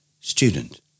Student